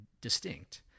distinct